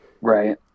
Right